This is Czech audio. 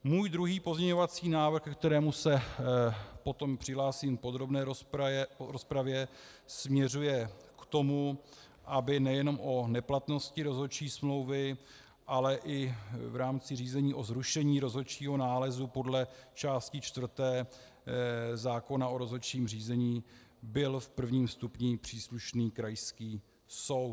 Můj druhý pozměňovací návrh, ke kterému se potom přihlásím v podrobné rozpravě, směřuje k tomu, aby nejenom o neplatnosti rozhodčí smlouvy, ale i v rámci řízení o zrušení rozhodčího nálezu podle části čtvrté zákona o rozhodčím řízení byl v prvním stupni příslušný krajský soud.